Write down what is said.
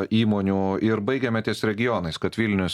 įmonių ir baigėme ties regionais kad vilnius